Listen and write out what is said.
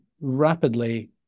rapidly